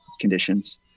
conditions